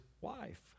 wife